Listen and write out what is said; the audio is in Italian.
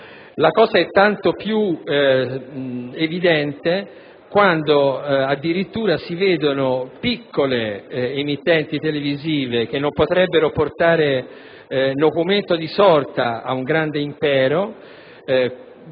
La cosa è tanto più evidente quando addirittura si vede che a piccole emittenti televisive, che non potrebbero portare nocumento di sorta ad un grande impero,